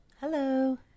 Hello